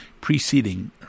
preceding